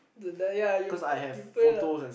the the yeah you p~ you play the